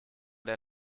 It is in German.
der